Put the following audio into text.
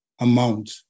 amount